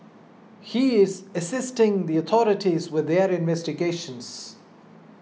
he is assisting the authorities with their investigations